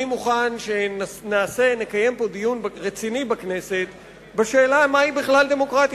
אני מוכן שנקיים פה דיון רציני בכנסת בשאלה מהי בכלל דמוקרטיה,